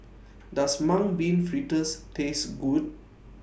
Does Mung Bean Fritters Taste Good